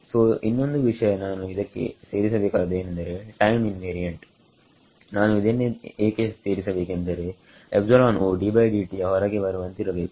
ಸೋಇನ್ನೊಂದು ವಿಷಯ ನಾನು ಇದಕ್ಕೆ ಸೇರಿಸಬೇಕಾದದ್ದು ಏನೆಂದರೆ ಟೈಮ್ ಇನ್ವೇರಿಯೆಂಟ್ ನಾನು ಇದನ್ನೇಕೆ ಸೇರಿಸಬೇಕೆಂದರೆ ವು ಯ ಹೊರಗೆ ಬರುವಂತಿರಬೇಕು